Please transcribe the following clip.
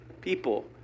People